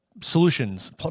solutions